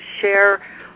share